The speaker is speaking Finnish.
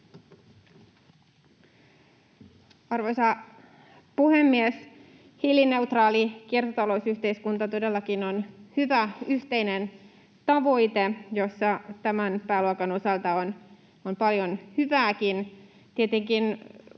Arvoisa puhemies! Hiilineutraali kiertotalousyhteiskunta todellakin on hyvä yhteinen tavoite, jossa tämän pääluokan osalta on paljon hyvääkin.